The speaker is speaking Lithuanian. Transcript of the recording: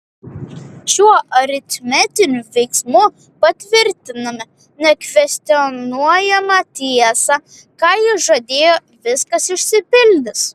šiuo aritmetiniu veiksmu patvirtiname nekvestionuojamą tiesą ką jis žadėjo viskas išsipildys